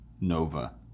Nova